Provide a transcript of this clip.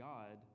God